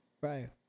Right